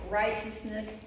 righteousness